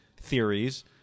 theories